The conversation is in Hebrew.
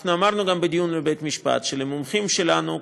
אנחנו אמרנו גם בדיון בבית-המשפט שלמומחים שלנו,